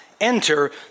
enter